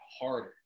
harder